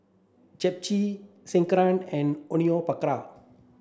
Japchae Sekihan and Onion Pakora